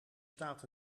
staat